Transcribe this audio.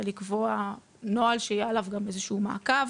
לקבוע נוהל שיהיה עליו גם איזשהו מעקב,